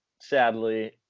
sadly